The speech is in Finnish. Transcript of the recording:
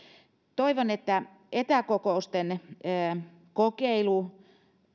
toivon että etäkokousten